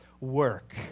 work